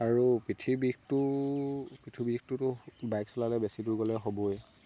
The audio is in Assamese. আৰু পিঠিৰ বিষটো পিঠিৰ বিষটোতো বাইক চলালে বেছি দূৰ গ'লে হ'বই